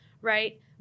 right